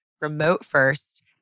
remote-first